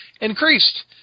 increased